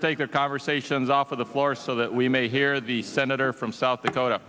their conversations off of the floor so that we may hear the senator from south dakota